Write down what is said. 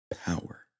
power